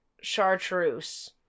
chartreuse